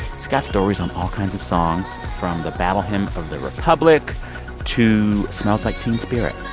it's got stories on all kinds of songs from the battle hymn of the republic to smells like teen spirit.